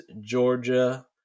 Georgia